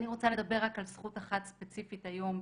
אני רוצה לדבר רק על זכות אחת ספציפית היום,